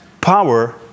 power